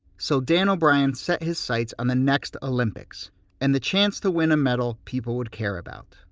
so, dan o'brien set his sights on the next olympics and the chance to win a medal people would care about.